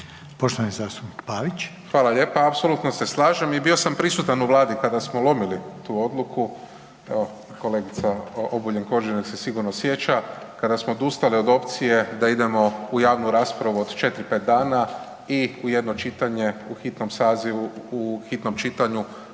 **Pavić, Marko (HDZ)** Hvala lijepa. Potpuno se slažem i bio sam prisutan u Vladi kada smo lomili tu odluku, evo kolegica Obuljen Koržinek se sigurno sjeća kada smo odustali od opcije da idemo u javnu raspravu od 4, 5 dana i u jedno čitanje u hitnom sazivu u hitnom čitanju